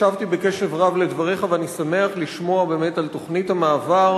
הקשבתי בקשב רב לדבריך ואני שמח לשמוע באמת על תוכנית המעבר,